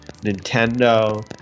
Nintendo